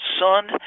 Son